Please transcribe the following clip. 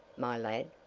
my lad,